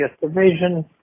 Division